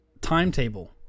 timetable